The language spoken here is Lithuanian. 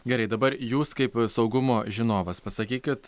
gerai dabar jūs kaip saugumo žinovas pasakykit